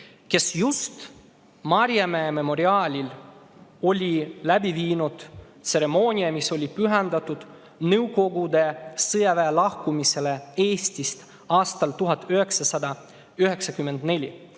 kes on just Maarjamäe memoriaali juures läbi viinud tseremoonia, mis oli pühendatud Nõukogude sõjaväe lahkumisele Eestist aastal 1994.See